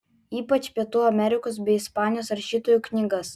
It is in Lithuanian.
ypač pietų amerikos bei ispanijos rašytojų knygas